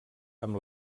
amb